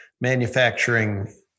manufacturing